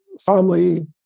family